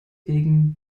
wegen